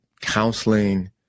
counseling